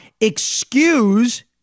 excuse